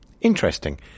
interesting